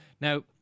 Now